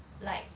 like